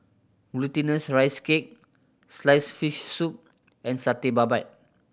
Glutinous Rice Cake sliced fish soup and Satay Babat